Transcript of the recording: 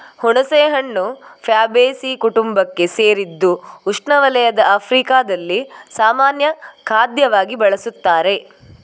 ಹುಣಸೆಹಣ್ಣು ಫ್ಯಾಬೇಸೀ ಕುಟುಂಬಕ್ಕೆ ಸೇರಿದ್ದು ಉಷ್ಣವಲಯದ ಆಫ್ರಿಕಾದಲ್ಲಿ ಸಾಮಾನ್ಯ ಖಾದ್ಯವಾಗಿ ಬಳಸುತ್ತಾರೆ